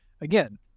Again